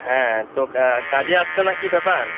হ্যাঁ তো কাজে আসছ না কী ব্যাপার